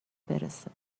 برسه